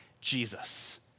Jesus